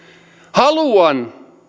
haluan